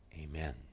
amen